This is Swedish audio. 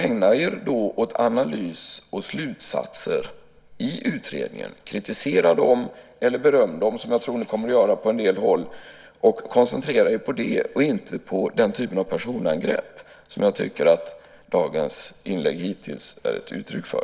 Ägna er då åt att analysera slutsatserna i utredningen! Kritisera dem eller beröm dem - som jag tror att ni kommer att göra på en del håll - koncentrera er på det och inte på den typ av personangrepp som jag tycker att dagens inlägg bitvis är ett uttryck för!